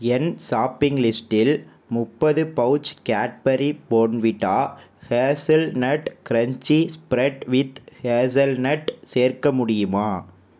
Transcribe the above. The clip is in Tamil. என் ஷாப்பிங் லிஸ்டில் முப்பது pouch Cadbury Bournvita hazelnut crunchy spread with hazelnut சேர்க்க முடியுமா